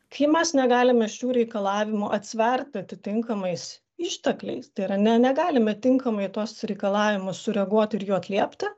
kai mes negalime šių reikalavimų atsverti atitinkamais ištekliais tai yra ne negalime tinkamai į tuos reikalavimus sureaguoti ir jų atlieptų